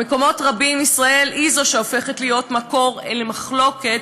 במקומות רבים ישראל הופכת להיות מקור למחלוקת,